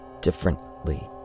differently